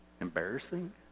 embarrassing